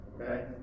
Okay